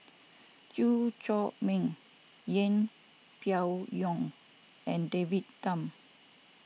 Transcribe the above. Chew Chor Meng Yeng Pway Ngon and David Tham